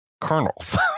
kernels